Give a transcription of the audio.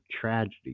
tragedy